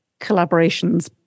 collaborations